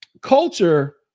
Culture